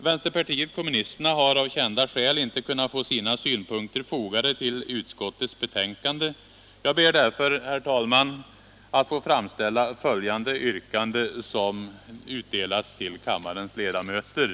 Vänsterpartiet kommunisterna har av kända skäl inte kunnat få sina synpunkter fogade till utskottets betänkande. Jag ber därför, herr talman, att få framställa ett yrkande som har utdelats till kammarens ledamöter.